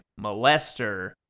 molester